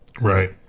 Right